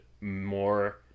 more